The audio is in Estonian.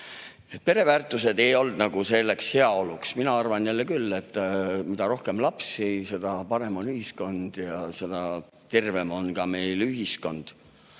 et pereväärtused ei olnud heaolu. Mina arvan jälle küll, et mida rohkem on meil lapsi, seda parem on ühiskond ja seda tervem on meie ühiskond.